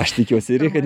aš tikiuosi kad